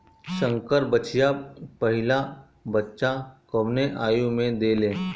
संकर बछिया पहिला बच्चा कवने आयु में देले?